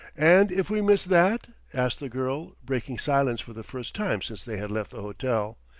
and if we miss that? asked the girl, breaking silence for the first time since they had left the hotel.